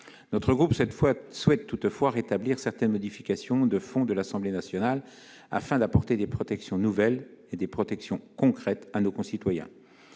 Notre groupe souhaite toutefois rétablir certaines modifications de fond introduites par l'Assemblée nationale, afin d'apporter des protections nouvelles et concrètes à nos concitoyens.